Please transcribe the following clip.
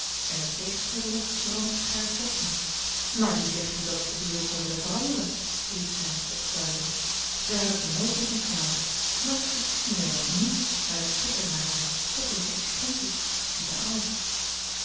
en met tegenstribbelen verandert gij haar toch niet maar wie zegt u dat ik de wereld zou willen veranderen riep zij opstuivend daar heb ik mij nooit mee ingelaten maar ik verkies nu eenmaal niet mij te schikken naar hare bespottelijke exigentie ziedaar alles